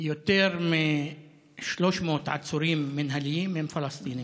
יותר מ-300 עצורים מינהליים הם פלסטינים.